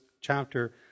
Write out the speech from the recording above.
chapter